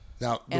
Now